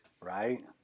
Right